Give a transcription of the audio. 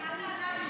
אני אנעל נעליים,